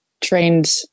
trained